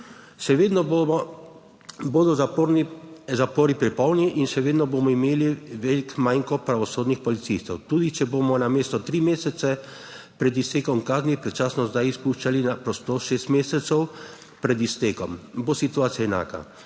Še vedno bodo zapori prepolni in še vedno bomo imeli velik manko pravosodnih policistov, tudi če bomo namesto tri mesece pred iztekom kazni, predčasno zdaj spuščali na prostost šest mesecev pred iztekom, bo situacija enaka.